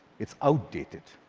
it's outdated.